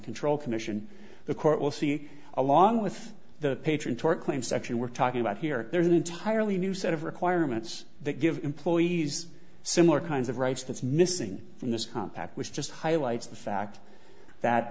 control commission the court will see along with the patron tort claim section we're talking about here there's an entirely new set of requirements that give employees similar kinds of rights that's missing from this compact which just highlights the fact that